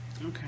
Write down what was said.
Okay